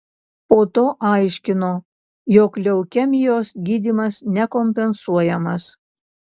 po to aiškino jog leukemijos gydymas nekompensuojamas